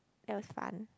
that was fun